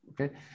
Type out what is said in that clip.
Okay